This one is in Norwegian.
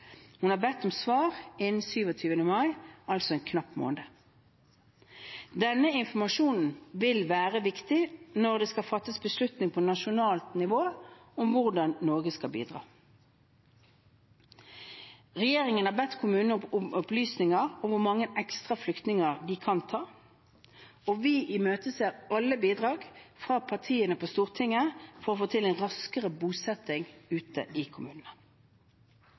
Hun har bedt om svar innen 27. mai, altså om en knapp måned. Denne informasjonen vil være viktig når det skal fattes beslutning på nasjonalt nivå om hvordan Norge skal bidra. Regjeringen har bedt kommunene om opplysninger om hvor mange ekstra flyktninger de kan ta. Vi imøteser alle bidrag fra partiene på Stortinget for å få til en raskere bosetting ute i kommunene.